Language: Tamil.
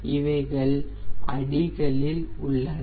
இவைகள் அடிகளில் உள்ளன